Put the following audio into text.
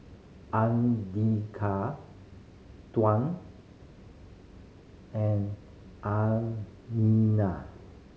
Andika Tuah and